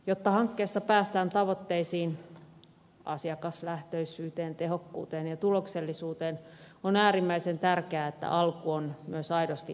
jotta hankkeessa päästään tavoitteisiin asiakaslähtöisyyteen tehokkuuteen ja tuloksellisuuteen on äärimmäisen tärkeää että alku on myös aidosti alku muutoksille